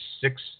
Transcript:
six